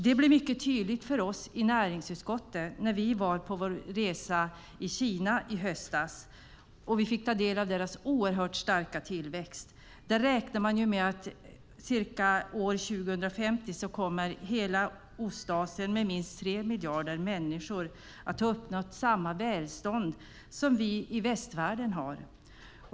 Det blev mycket tydligt för oss i näringsutskottet när vi var på vår resa i Kina i höstas och fick ta del av deras oerhört starka tillväxt. Där räknar man med att år 2050 kommer hela Ostasien med minst tre miljarder människor att ha uppnått samma välstånd som vi i västvärlden har.